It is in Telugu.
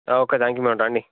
ఓకే థాంక్ యూ మేడం రాండి